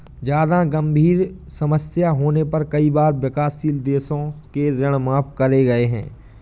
जादा गंभीर समस्या होने पर कई बार विकासशील देशों के ऋण माफ करे गए हैं